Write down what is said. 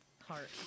heart